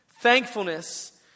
Thankfulness